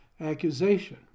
accusation